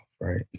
right